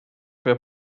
võib